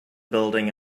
building